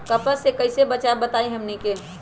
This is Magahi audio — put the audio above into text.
कपस से कईसे बचब बताई हमनी के?